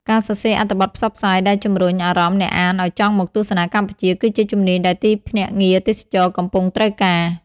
ការសរសេរអត្ថបទផ្សព្វផ្សាយ ដែលជំរុញអារម្មណ៍អ្នកអានឱ្យចង់មកទស្សនាកម្ពុជា គឺជាជំនាញដែលទីភ្នាក់ងារទេសចរណ៍កំពុងត្រូវការ។